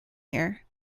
here